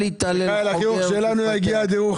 אל יתהלל חוגר כמפתח.